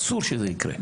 אסור שזה יקרה.